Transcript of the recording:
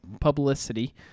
publicity